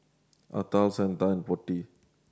Atal Santha and Potti